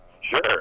Sure